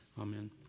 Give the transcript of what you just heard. Amen